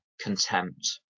contempt